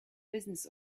business